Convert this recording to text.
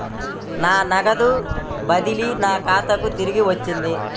నా నగదు బదిలీ నా ఖాతాకు తిరిగి వచ్చింది